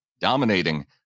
dominating